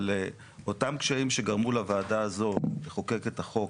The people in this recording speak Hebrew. אבל אותם קשיים שגרמו לוועדה הזו לחוקק את החוק